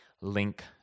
link